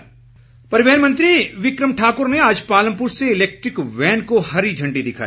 electric van परिवहन मंत्री बिक्रम ठाकुर ने आज पालमपुर से इलेक्ट्रिक वैन को हरी झंडी दिखाई